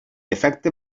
efecte